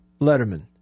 Letterman